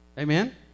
Amen